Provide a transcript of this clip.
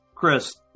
Chris